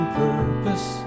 purpose